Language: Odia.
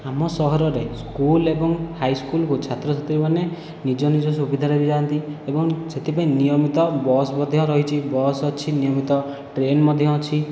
ଆମ ସହରରେ ସ୍କୁଲ ଏବଂ ହାଇସ୍କୁଲକୁ ଛାତ୍ର ଛାତ୍ରୀମାନେ ନିଜ ନିଜ ସୁବିଧାରେ ଯାଆନ୍ତି ଏବଂ ସେଥିପାଇଁ ନିୟମିତ ବସ୍ ମଧ୍ୟ ରହିଛି ବସ୍ ଅଛି ନିୟମିତ ଟ୍ରେନ ମଧ୍ୟ ଅଛି